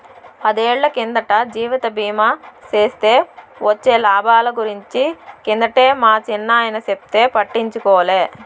పదేళ్ళ కిందట జీవిత బీమా సేస్తే వొచ్చే లాబాల గురించి కిందటే మా చిన్నాయన చెప్తే పట్టించుకోలే